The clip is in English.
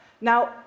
Now